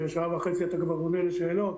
שעה וחצי אתה עונה לשאלות